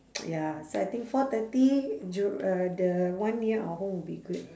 ya so I think four thirty jur~ uh the one near our home will be good